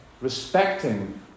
Respecting